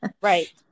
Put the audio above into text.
right